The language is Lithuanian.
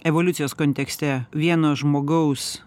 evoliucijos kontekste vieno žmogaus